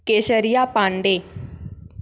Keshariya Pandey